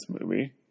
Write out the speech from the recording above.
movie